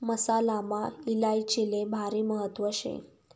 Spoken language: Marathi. मसालामा इलायचीले भारी महत्त्व शे